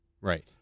right